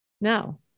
No